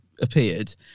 appeared